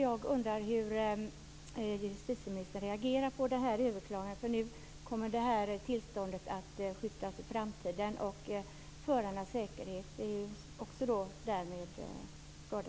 Jag undrar hur justitieministern har reagerat på detta överklagande, för nu kommer tillståndet att skjutas på framtiden. Förarnas säkerhet är därmed i fara.